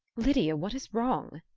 lydia, what is wrong?